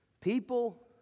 People